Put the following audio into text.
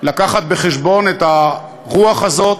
להביא בחשבון את הרוח הזאת,